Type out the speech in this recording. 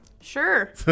Sure